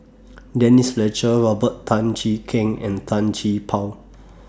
Denise Fletcher Robert Tan Jee Keng and Tan Gee Paw